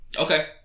Okay